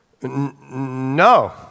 No